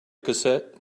cassette